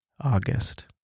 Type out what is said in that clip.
August